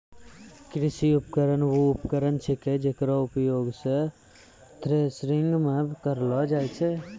कृषि उपकरण वू उपकरण छिकै जेकरो उपयोग सें थ्रेसरिंग म करलो जाय छै